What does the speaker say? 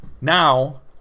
Now